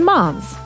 Moms